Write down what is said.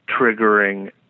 triggering